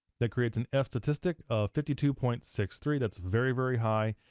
that creates an f statistic of fifty two point six three, that's very, very high.